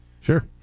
sure